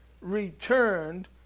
returned